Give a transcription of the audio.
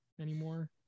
anymore